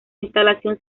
instalación